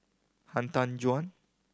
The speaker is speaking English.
Han Tan Juan